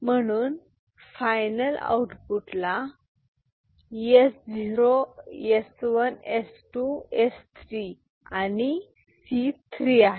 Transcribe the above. म्हणून final output ला S0 S 1 S 2 S 3 and C 3 आहे